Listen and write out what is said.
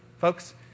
folks